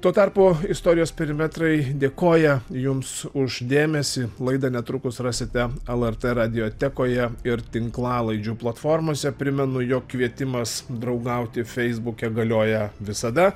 tuo tarpu istorijos perimetrai dėkoja jums už dėmesį laidą netrukus rasite lrt radiotekoje ir tinklalaidžių platformose primenu jog kvietimas draugauti feisbuke galioja visada